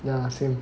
ya same